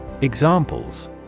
Examples